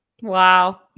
Wow